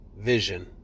vision